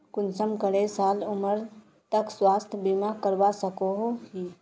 कुंसम करे साल उमर तक स्वास्थ्य बीमा करवा सकोहो ही?